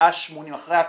אחרי התוספת,